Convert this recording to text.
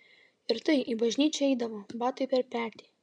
ir tai į bažnyčią eidavo batai per petį